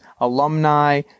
alumni